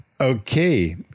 Okay